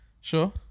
Sure